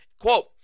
Quote